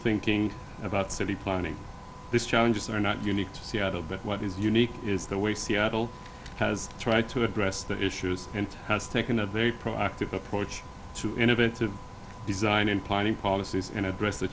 thinking about city planning this challenges are not unique to seattle but what is unique is the way seattle has tried to address the issues and has taken a very proactive approach to innovative design and planning policies and address the